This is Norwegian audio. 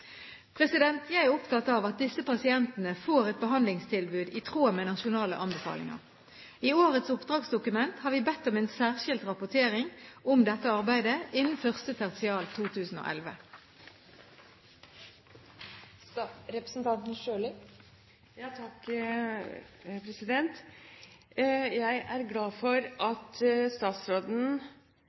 Jeg er opptatt av at disse pasientene får et behandlingstilbud i tråd med nasjonale anbefalinger. I årets oppdragsdokument har vi bedt om en særskilt rapportering om dette arbeidet innen første tertial 2011. Jeg er glad for at statsråden